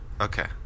Okay